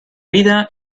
vida